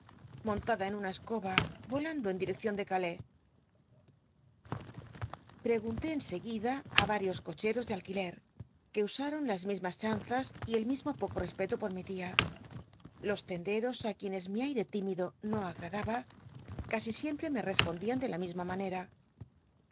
montada en una escoba y olando en direccion tl c calais pregun té en seguida á l'arios cocheros de alquiler que usaron las mismas chanzas y el mismo poco respeto por mi tia los tcndcros quienes mi aire tímido no agradaba casi siempre me respondían de la misma manera